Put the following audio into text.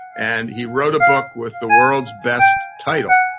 and he wrote a book with the world's best title.